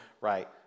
right